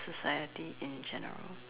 society in general